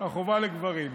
החובה לגברים.